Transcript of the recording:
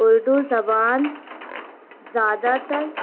اردو زبان زیادہ تر